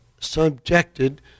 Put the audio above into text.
subjected